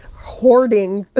hoarding